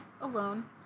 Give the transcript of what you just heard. alone